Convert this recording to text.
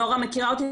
נורה מכירה אותי,